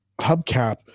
hubcap